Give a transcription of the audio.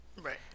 Right